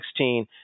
2016